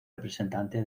representante